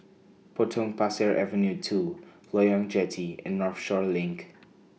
Potong Pasir Avenue two Loyang Jetty and Northshore LINK